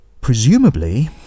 Presumably